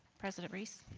president reese